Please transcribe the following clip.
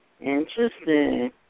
Interesting